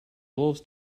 wolves